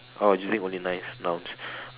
oh using only nice nouns